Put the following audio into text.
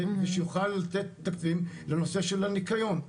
ושיוכל לתת תקציב לנושא של הניקיון.